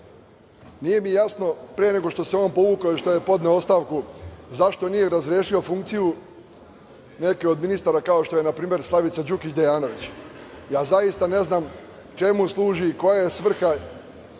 mi jasno, pre nego što se on povukao, pre nego što je podneo ostavku, zašto nije razrešio funkciju neke od ministara kao što je na primer Slavica Đukić Dejanović? Zaista ne znam čemu služi i koja je svrha